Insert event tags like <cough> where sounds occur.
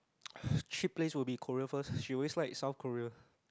<breath> cheap place will be Korea first she always like South-Korea